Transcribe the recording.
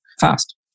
fast